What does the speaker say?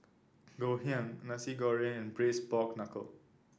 Ngoh Hiang Nasi Goreng and Braised Pork Knuckle